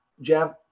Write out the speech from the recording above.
Jeff